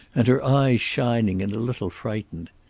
and her eyes shining and a little frightened.